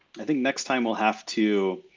i think next time we'll have to